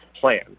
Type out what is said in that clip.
plan